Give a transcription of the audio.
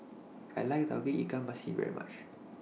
I like Tauge Ikan Masin very much